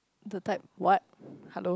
the type what hello